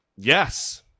Yes